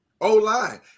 O-line